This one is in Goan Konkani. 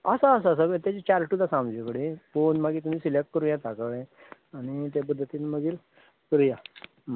आसा आसा सगळें तेजें चार्टूच आसा आमचे कडेन पळोवन मागीर तुमी सिलेक्ट करूं येता कळ्ळें आनी तें पद्धतीन मागीर करुया